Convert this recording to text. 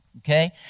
Okay